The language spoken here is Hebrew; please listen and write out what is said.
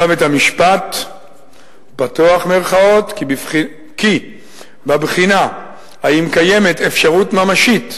בית-המשפט "כי בבחינה האם קיימת 'אפשרות ממשית'"